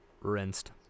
Rinsed